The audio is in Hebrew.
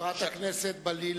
שר-העל.